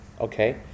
okay